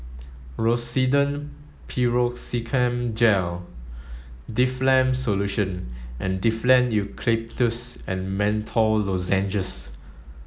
Rosiden Piroxicam Gel Difflam Solution and Difflam Eucalyptus and Menthol Lozenges